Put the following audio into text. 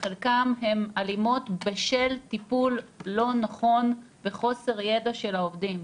שחלקן הן אלימות בשל טיפול לא נכון וחוסר ידע של העובדים.